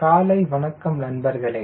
காலை வணக்கம் நண்பர்களே